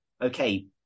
okay